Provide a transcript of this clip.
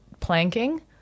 planking